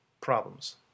problems